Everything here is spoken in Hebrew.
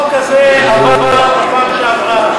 תפיל את החוק, החוק הזה עבר בפעם שעברה.